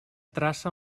traça